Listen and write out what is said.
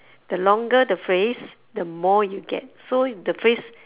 the longer the phrase the more you get so the phrase